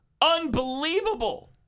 Unbelievable